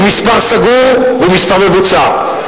הוא מספר סגור והוא מספר מבוצע.